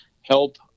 help